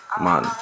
man